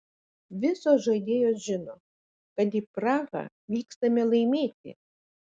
visos žaidėjos žino kad į prahą vykstame laimėti